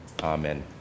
amen